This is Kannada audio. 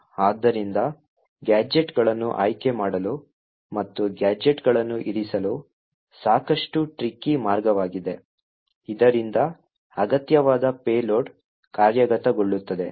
ಆದ್ದರಿಂದ ಗ್ಯಾಜೆಟ್ಗಳನ್ನು ಆಯ್ಕೆ ಮಾಡಲು ಮತ್ತು ಗ್ಯಾಜೆಟ್ಗಳನ್ನು ಇರಿಸಲು ಸಾಕಷ್ಟು ಟ್ರಿಕಿ ಮಾರ್ಗವಾಗಿದೆ ಇದರಿಂದ ಅಗತ್ಯವಾದ ಪೇಲೋಡ್ ಕಾರ್ಯಗತಗೊಳ್ಳುತ್ತದೆ